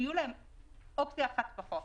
שעכשיו תהיה להם אופציה אחת פחות.